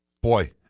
Boy